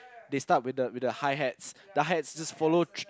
they start with the high hats the high hats just follow through